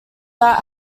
that